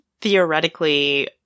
theoretically